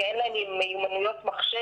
יש ילדים שאין להם מיומנויות מחשב,